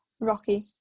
rocky